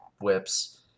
whips